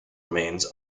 remains